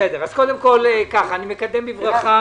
מקדם בברכה